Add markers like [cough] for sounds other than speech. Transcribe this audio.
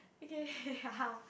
okay [laughs]